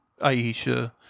Aisha